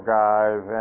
guys